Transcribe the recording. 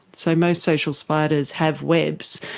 so most social spiders have webs.